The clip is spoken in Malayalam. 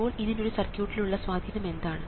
ഇപ്പോൾ ഇതിന് ഒരു സർക്യൂട്ടിൽ ഉള്ള സ്വാധീനം എന്താണ്